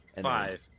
Five